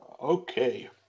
Okay